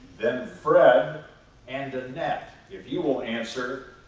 then fred and annette, if you will answer.